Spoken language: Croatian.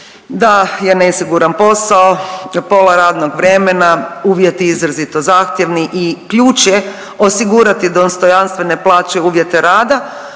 da je nesiguran posao, pola radnog vremena, uvjeti izrazito zahtjevni i ključ je osigurati dostojanstvene plaće i uvjete rada.